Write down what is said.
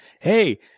hey